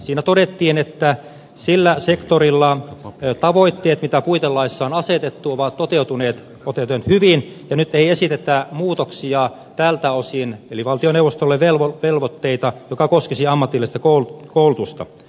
siinä todettiin että sillä sektorilla tavoitteet mitkä puitelaissa on asetettu ovat toteutuneet hyvin ja nyt ei esitetä muutoksia tältä osin eli valtioneuvostolle velvoitteita jotka koskisivat ammatillista koulutusta